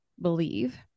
believe